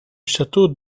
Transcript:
château